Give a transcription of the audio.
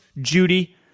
Judy